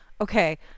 Okay